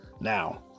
Now